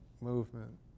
movement